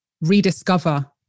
rediscover